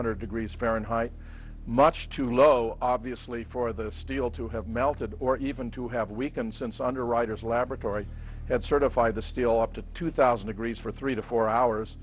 hundred degrees fahrenheit much too low obviously for the steel to have melted or even to have weakened since underwriter's laboratory and certify the steel up to two thousand agrees for three to four hours